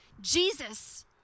Jesus